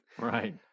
Right